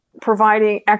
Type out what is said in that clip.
providing